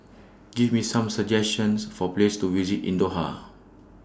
Give Me Some suggestions For Places to visit in Doha